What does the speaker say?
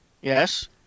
Yes